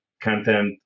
content